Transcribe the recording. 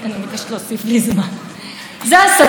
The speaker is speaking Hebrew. מתנגדי הכיבוש הישראלי.